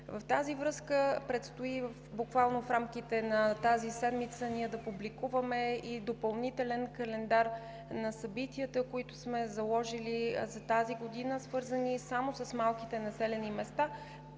В тази връзка предстои, буквално в рамките на тази седмица, ние да публикуваме и допълнителен календар на събитията, които сме заложили за тази година, свързан само с малките населени места.